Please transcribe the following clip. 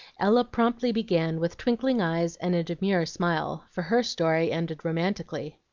ella promptly began, with twinkling eyes and a demure smile, for her story ended romantically.